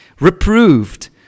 reproved